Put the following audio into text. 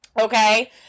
Okay